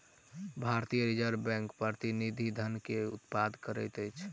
भारतीय reserve bank प्रतिनिधि धन के उत्पादन करैत अछि